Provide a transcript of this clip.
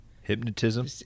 Hypnotism